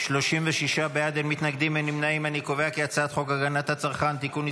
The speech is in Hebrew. להעביר לוועדה את הצעת חוק הגנת הצרכן (תיקון,